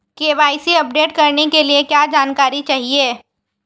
KYC update करने के लिए क्या जानकारी चाहिए?